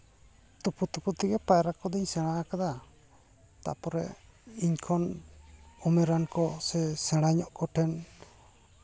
ᱛᱩᱯᱩ ᱛᱩᱯᱩ ᱛᱮᱜᱮ ᱯᱟᱭᱨᱟ ᱠᱚᱫᱚᱧ ᱥᱮᱬᱟ ᱟᱠᱟᱫᱟ ᱛᱟᱨᱯᱚᱨᱮ ᱤᱧ ᱠᱷᱚᱱ ᱩᱢᱮᱨᱟᱱ ᱠᱚ ᱥᱮ ᱥᱮᱬᱟᱧᱚᱜ ᱠᱚᱴᱷᱮᱱ